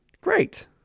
great